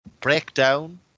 breakdown